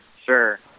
sure